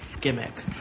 gimmick